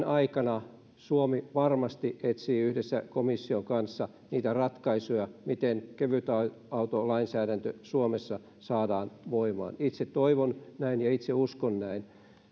aikana suomi varmasti etsii yhdessä komission kanssa niitä ratkaisuja miten kevytautolainsäädäntö suomessa saadaan voimaan itse toivon näin ja itse uskon näin